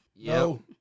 No